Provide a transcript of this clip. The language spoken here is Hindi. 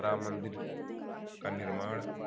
राम मंदिर का निर्माण